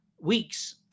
weeks